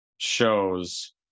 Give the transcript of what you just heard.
shows